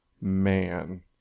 man